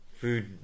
food